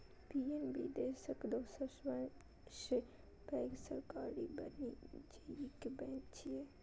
PNB देशक दोसर सबसं पैघ सरकारी वाणिज्यिक बैंक छियै